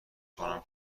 کنم